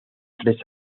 tres